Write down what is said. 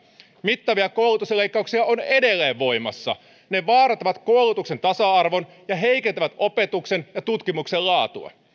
mittavia koulutusleikkauksia on edelleen voimassa ne vaarantavat koulutuksen tasa arvon ja heikentävät opetuksen ja tutkimuksen laatua